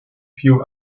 few